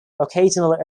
occasional